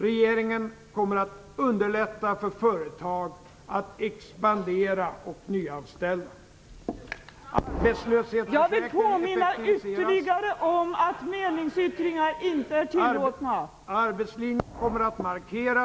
Regeringen kommer att underlätta för företag att expandera och nyanställa.